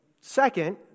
second